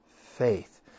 faith